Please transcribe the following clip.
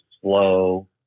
slow